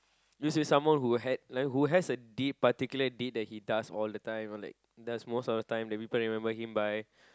used to be someone who had like who has a deed particular deed that he does all the time like does most of the time that people remember him by